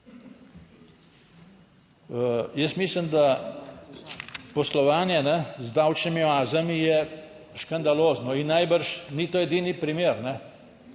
Jaz mislim, da poslovanje z davčnimi oazami je škandalozno in najbrž ni to edini primer.